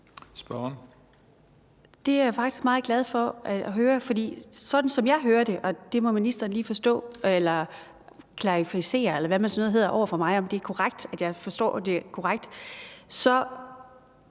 (V): Det er jeg faktisk meget glad for at høre. For sådan, som jeg hørte det – og det må ministeren lige klarificere, eller hvad sådan noget hedder, over for mig om er korrekt, altså om jeg forstår det korrekt – så